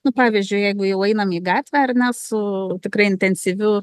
nu pavyzdžiui jeigu jau einam į gatvę ar ne su tikrai intensyviu